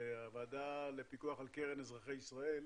הוועדה לפיקוח על קרן אזרחי ישראל,